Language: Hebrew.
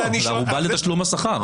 זאת ערובה לתשלום השכר.